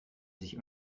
sich